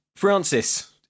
Francis